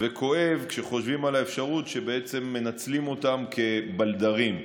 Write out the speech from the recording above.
וכואב כשחושבים על האפשרות שבעצם מנצלים אותם כבלדרים.